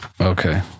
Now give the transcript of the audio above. Okay